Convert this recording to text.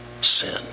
sin